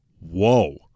whoa